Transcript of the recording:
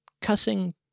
cussing